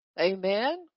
Amen